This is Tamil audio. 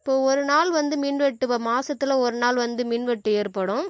இப்போது ஒரு நாள் வந்து மின் வெட்டு இப்போ மாதத்துல ஒரு நாள் வந்து மின் வெட்டு ஏற்படும்